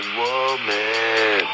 woman